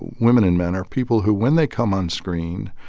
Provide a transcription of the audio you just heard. women and men, are people who when they come on screen,